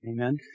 Amen